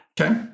Okay